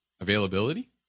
availability